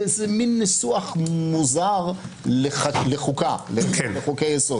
זה מין ניסוח מוזר לחוקה, לחוקי-יסוד.